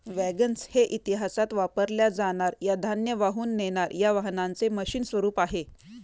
wagons हे इतिहासात वापरल्या जाणार या धान्य वाहून नेणार या वाहनांचे मशीन स्वरूप आहे